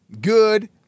Good